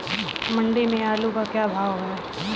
मंडी में आलू का भाव क्या है?